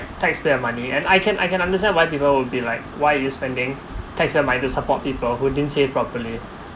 takes back our money and I can I can understand why people would be like why are you spending takes your mind to support people who didn't save properly